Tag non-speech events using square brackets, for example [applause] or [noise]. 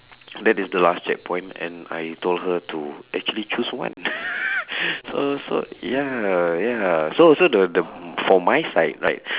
that is the last checkpoint and I told her to actually choose one [laughs] [breath] so so ya ya so so the the mm for my side right